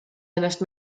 ennast